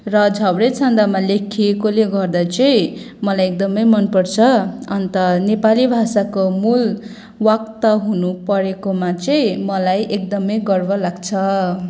र झ्याउरे छन्दमा लेखिएकोले गर्दा चाहिँ मलाई एकदमै मनपर्छ अन्त नेपाली भाषाको मूल वक्ता हुनुपरेकोमा चाहिँ मलाई एकदमै गर्व लाग्छ